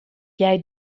jij